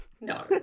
no